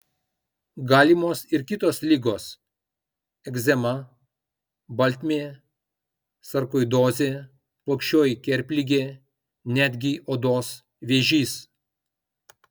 galimos ir kitos ligos egzema baltmė sarkoidozė plokščioji kerpligė netgi odos vėžys